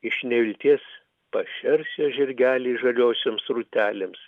iš nevilties pašers jo žirgelį žaliosioms rūtelėms